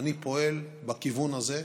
אני פועל בכיוון הזה,